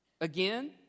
Again